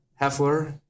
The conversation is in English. Heffler